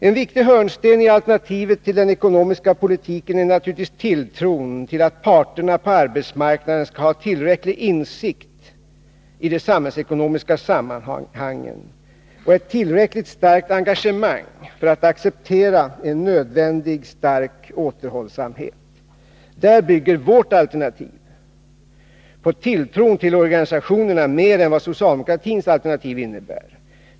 En viktig hörnsten i alternativet till den ekonomiska politiken är naturligtvis tilltron till att parterna på arbetsmarknaden skall ha tillräcklig insikt i de samhällsekonomiska sammanhangen och ett tillräckligt starkt engagemang för att acceptera en nödvändig stark återhållsamhet. Där bygger vårt alternativ på tilltron till organisationerna mer än vad socialdemokratins alternativ innebär.